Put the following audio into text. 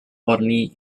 only